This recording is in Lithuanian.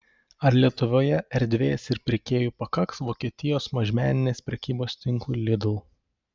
ar lietuvoje erdvės ir pirkėjų pakaks vokietijos mažmeninės prekybos tinklui lidl